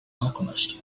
alchemist